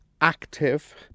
active